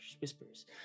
whispers